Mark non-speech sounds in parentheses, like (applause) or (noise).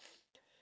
(noise)